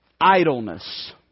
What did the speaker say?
idleness